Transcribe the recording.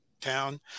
town